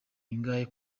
ingahe